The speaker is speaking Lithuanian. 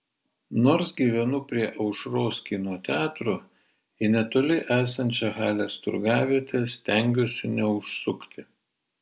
nors gyvenu prie aušros kino teatro į netoli esančią halės turgavietę stengiuosi neužsukti